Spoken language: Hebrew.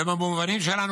ובמובנים שלנו,